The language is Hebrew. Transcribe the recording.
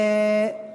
אוקיי.